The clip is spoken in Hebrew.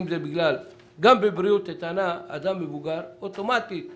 גם בבריאות איתנה, אדם מבוגר, אוטומטית מתקשה,